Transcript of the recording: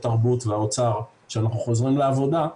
התרבות והאוצר שאנחנו חוזרים לעבודה,